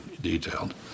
detailed